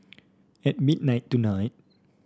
at midnight tonight